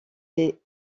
des